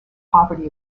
poverty